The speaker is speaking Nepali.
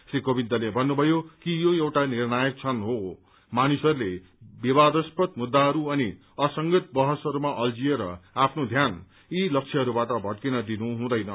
श्री कोविन्दले भन्नुभयो कि यो एउटा निण्प्रयक क्षण हो मानिसहरूले विवादस्पद मुद्दाहरू अनि असंगत बहसहरूमा अझिल्एर आफ्नो ध्यान ती लक्ष्यहरूबाट भटकिन दिनु हुँदैन